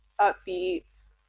upbeat